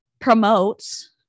promotes